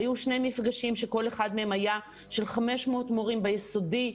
היו שני מפגשים שכל אחד מהם היה של 500 מורים ביסודי,